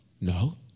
No